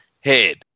head